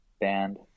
band